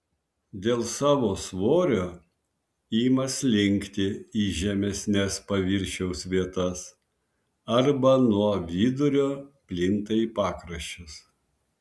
dėl savo svorio ima slinkti į žemesnes paviršiaus vietas arba nuo vidurio plinta į pakraščius